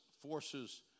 forces